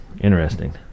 interesting